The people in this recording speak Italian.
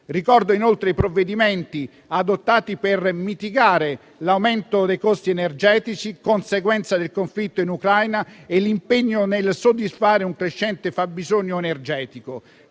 Ricordo inoltre i provvedimenti adottati per mitigare l'aumento dei costi energetici, conseguenza del conflitto in Ucraina, e l'impegno nel soddisfare un crescente fabbisogno energetico.